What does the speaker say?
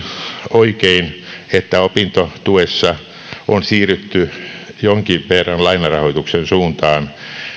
oikein että opintotuessa on siirrytty jonkin verran lainarahoituksen suuntaan